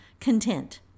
content